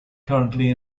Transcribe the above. currently